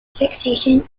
fixation